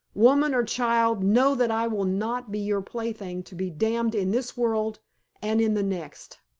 woman or child, know that i will not be your plaything to be damned in this world and in the next.